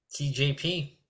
TJP